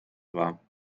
war